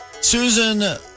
Susan